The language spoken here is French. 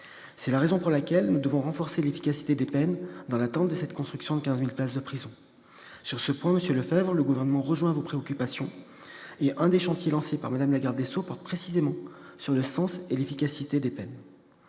C'est la raison pour laquelle nous devons renforcer l'efficacité des peines, dans l'attente de la construction de 15 000 places de prison. Sur ce point, monsieur le rapporteur spécial, le Gouvernement rejoint vos préoccupations. Un des chantiers lancés par Mme la garde des sceaux porte précisément sur le sens et l'efficacité des peines.